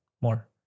more